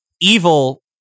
evil